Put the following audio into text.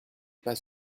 pas